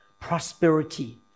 prosperity